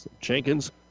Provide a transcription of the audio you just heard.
Jenkins